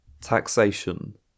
taxation